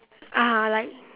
ah like